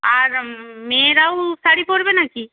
আর মেয়েরাও শাড়ি পরবে নাকি